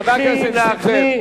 חבר הכנסת זאב,